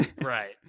Right